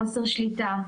חוסר שליטה,